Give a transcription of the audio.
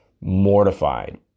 mortified